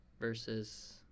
versus